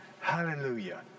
Hallelujah